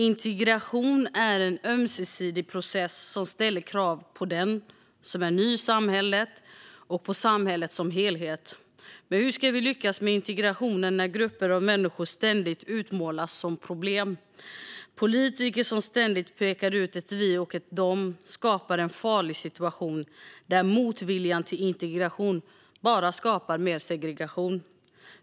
Integration är en ömsesidig process som ställer krav på den som är ny i samhället och på samhället som helhet. Men hur ska vi lyckas med integrationen när grupper av människor ständigt utmålas som problem? Politiker som ständigt pekar ut ett vi och ett dom skapar en farlig situation där motviljan till integration bara skapar mer segregation.